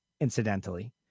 incidentally